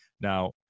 Now